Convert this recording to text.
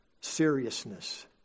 seriousness